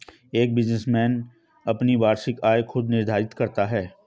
एक बिजनेसमैन अपनी वार्षिक आय खुद निर्धारित करता है